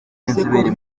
n’inzobere